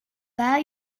pas